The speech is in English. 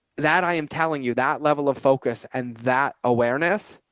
that i am telling you that level of focus and that awareness.